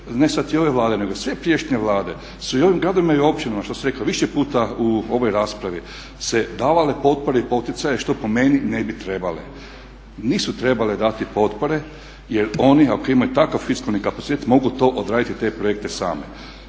ne sad i ove Vlade nego i sve prijašnje Vlade su i ovim gradovima i općinama što se reklo više puta u ovoj raspravi se davale potpore i poticaje što po meni ne bi trebale. Nisu trebale dati potpore jer oni ako imaju takav fiskalni kapacitet mogu to odraditi te projekte same.